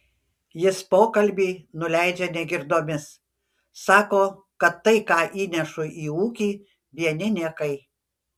jis pokalbį nuleidžia negirdomis sako kad tai ką įnešu į ūkį vieni niekai